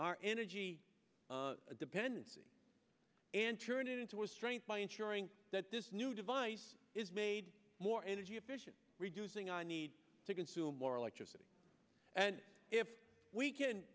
our energy dependency and turn it into a strength by ensuring that this new device is made more energy efficient reducing our need to consume more electricity and if we can